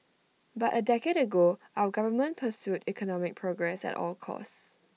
but A decade ago our government pursued economic progress at all costs